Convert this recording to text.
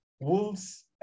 Wolves